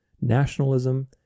nationalism